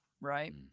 right